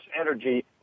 energy